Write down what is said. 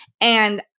And-